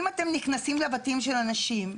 אם אתם נכנסים לבתים של אנשים,